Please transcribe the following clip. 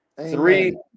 three